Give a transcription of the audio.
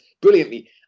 brilliantly